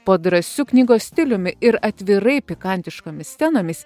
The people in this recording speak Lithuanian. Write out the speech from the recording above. po drąsiu knygos stiliumi ir atvirai pikantiškomis scenomis